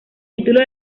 título